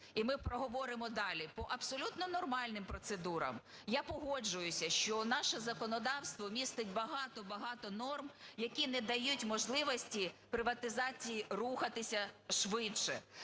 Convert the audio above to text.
і ми проговоримо далі по абсолютно нормальним процедурам, я погоджуюся, що наше законодавство містить багато-багато норм, які не дають можливості приватизації рухатися швидше.